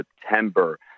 September